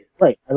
Right